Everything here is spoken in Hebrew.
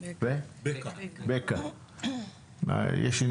ובקע, מה אנחנו